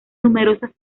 numerosas